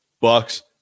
Bucks